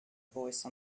voice